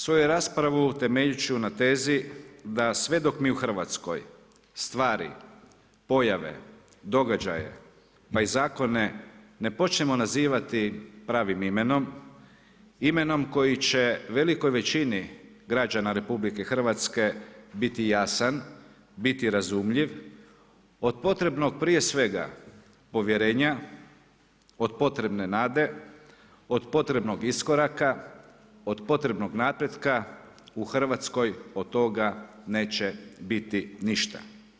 Svoju raspravu temeljit ću na tezi da sve dok mi u Hrvatskoj stvari, pojave, događaje pa i zakone ne počnemo nazivati pravim imenom, imenom koji će velikoj većini građana RH biti jasna, biti razumljiv, od potrebnog prije svega povjerenja, od potrebne nade, od potrebnog iskoraka, od potrebnog napretka u Hrvatskoj od toga neće biti ništa.